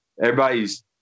everybody's